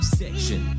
section